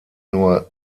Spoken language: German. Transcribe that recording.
nur